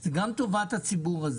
זה גם טובת הציבור,